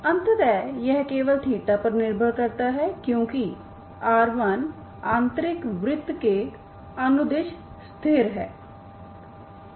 अतः यह केवल पर निर्भर करता है क्योंकि r1 आंतरिक वृत्त के अनुदिश स्थिर है